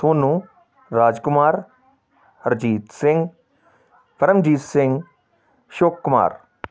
Sonu Rajkumar Harjeet Singh Paramjeet Singh Ashok Kumar